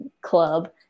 club